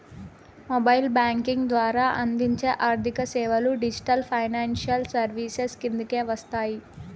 mobile banking ద్వారా అందించే ఆర్థిక సేవలు డిజిటల్ ఫైనాన్షియల్ సర్వీసెస్ కిందకే వస్తాయి